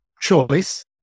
choice